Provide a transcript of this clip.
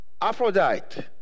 Aphrodite